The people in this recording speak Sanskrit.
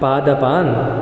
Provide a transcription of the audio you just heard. पादपान्